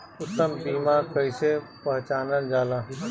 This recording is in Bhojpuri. उत्तम बीया कईसे पहचानल जाला?